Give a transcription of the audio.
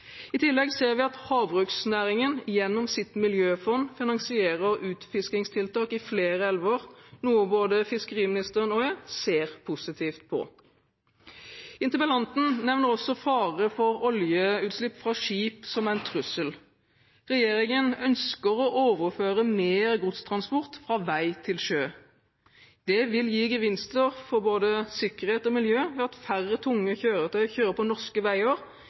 I tillegg ser vi at havbruksnæringen gjennom sitt miljøfond finansierer utfiskingstiltak i flere elver, noe både fiskeriministeren og jeg ser positivt på. Interpellanten nevner også fare for oljeutslipp fra skip som en trussel. Regjeringen ønsker å overføre mer godstransport fra vei til sjø. Det vil gi gevinster for både sikkerhet og miljø, ved at færre tunge kjøretøy kjører på norske veier,